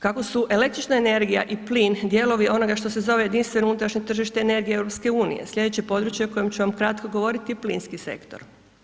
Kako su električna energija i plin dijelovi onoga što se zove jedinstveno unutrašnje tržište energije EU sljedeće područje o kojem ću vam kratko govoriti je plinski sektor.